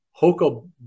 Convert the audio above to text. Hoka